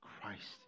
Christ